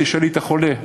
תשאלי את החולה,